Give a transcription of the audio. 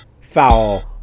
foul